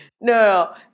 no